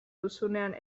duzunean